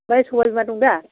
ओमफ्राय सबायबिमा दं दा